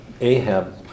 Ahab